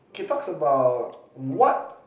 he talks about what